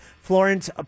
florence